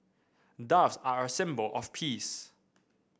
doves are a symbol of peace